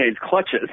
clutches